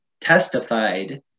testified